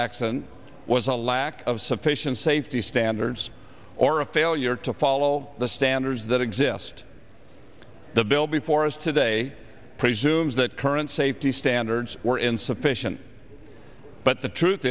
accident was a lack of sufficient safety standards or a failure to follow all the standards that exist the bill before us today presumes that current safety standards were insufficient but the truth